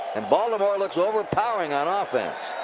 and baltimore looks overpowering on ah offense.